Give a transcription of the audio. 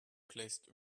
placed